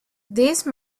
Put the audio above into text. these